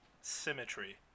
symmetry